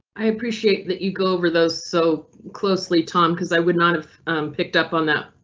i appreciate that you go over those so closely. tom, cause i would not have picked up on that.